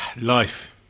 Life